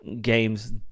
games